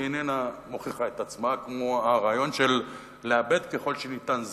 אינו מוכיח את עצמו כמו הרעיון של לאבד זמן ככל שניתן.